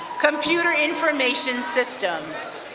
computer information systems.